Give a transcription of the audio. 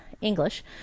english